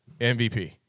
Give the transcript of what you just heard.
MVP